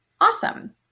awesome